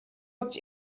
looked